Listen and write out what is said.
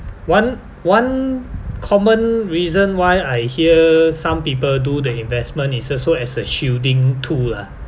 one one common reason why I hear some people do the investment is also as a shielding tool lah